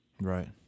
Right